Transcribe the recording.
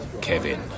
Kevin